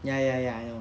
ya ya ya ya